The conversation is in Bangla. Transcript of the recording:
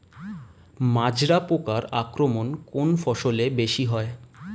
মাজরা পোকার আক্রমণ কোন ফসলে বেশি হয়?